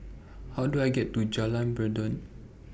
How Do I get to Jalan Peradun